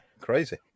crazy